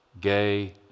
gay